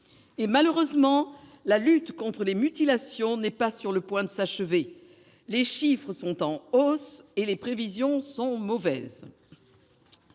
Et malheureusement, la lutte contre les mutilations n'est pas sur le point de s'achever : les chiffres sont en hausse et les prévisions sont mauvaises.